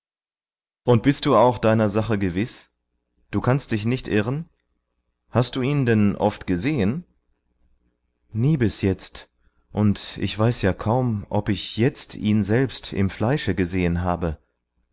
und bist du auch deiner sache gewiß du kannst dich nicht irren hast du ihn denn oft gesehen nie bis jetzt und ich weiß ja kaum ob ich jetzt ihn selbst im fleische gesehen habe